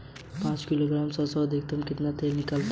पाँच किलोग्राम सरसों में अधिकतम कितना तेल निकलता है?